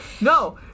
No